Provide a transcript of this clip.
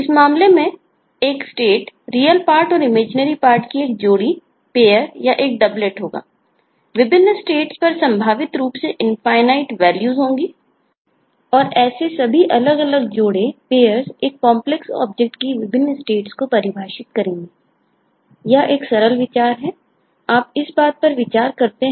इस मामले में एक स्टेट बतलाते हैं